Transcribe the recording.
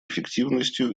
эффективностью